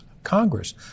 Congress